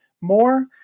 more